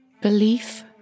Belief